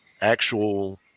actual